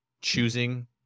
choosing